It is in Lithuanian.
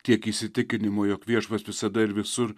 tiek įsitikinimo jog viešpats visada ir visur